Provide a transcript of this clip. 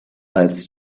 als